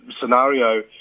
scenario